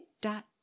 Dot